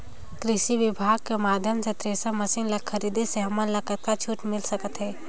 कृषि विभाग कर माध्यम से थरेसर मशीन ला खरीदे से हमन ला कतका छूट मिल सकत हे?